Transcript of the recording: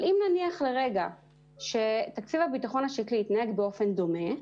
אבל אם נניח לרגע שתקציב הביטחון השקלי יתנהג באופן דומה,